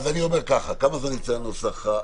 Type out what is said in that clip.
בתוך כמה זמן יצא הנוסח?